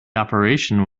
operation